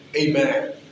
Amen